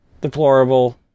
deplorable